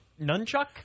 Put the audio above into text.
nunchuck